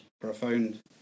profound